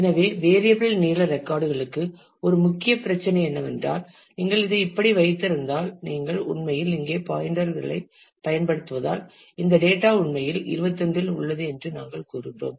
எனவே வேரியப்பிள் நீள ரெக்கார்ட்கள்களுக்கு ஒரு முக்கிய பிரச்சினை என்னவென்றால் நீங்கள் இதை இப்படி வைத்திருந்தால் நீங்கள் உண்மையில் இங்கே பாயின்டர்களை பயன்படுத்துவதால் இந்த டேட்டா உண்மையில் 21 இல் உள்ளது என்று நாங்கள் கூறுகிறோம்